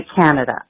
canada